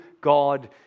God